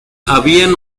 habían